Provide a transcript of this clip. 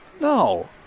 No